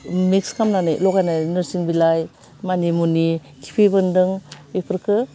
उम मिक्स खालामनानै लगायनो नोरसिं बिलाइ मानि मुनि खिफि बेन्दों बेफोरखो